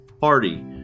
party